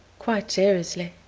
quite seriously.